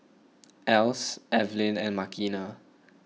Else Evelyn and Makena